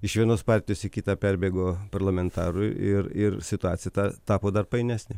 iš vienos partijos į kitą perbėgo parlamentarų ir ir situacija tapo dar painesnė